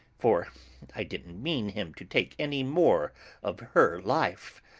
for i didn't mean him to take any more of her life,